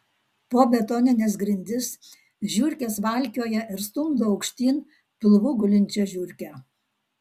po betonines grindis žiurkės valkioja ir stumdo aukštyn pilvu gulinčią žiurkę